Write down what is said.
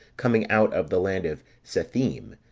coming out of the land of cethim,